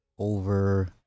Over